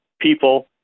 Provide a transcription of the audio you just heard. people